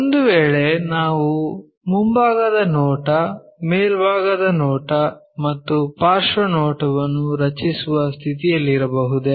ಒಂದು ವೇಳೆ ನಾವು ಮುಂಭಾಗದ ನೋಟ ಮೇಲ್ಭಾಗದ ನೋಟ ಮತ್ತು ಪಾರ್ಶ್ವ ನೋಟವನ್ನು ರಚಿಸುವ ಸ್ಥಿತಿಯಲ್ಲಿರಬಹುದೇ